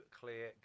clear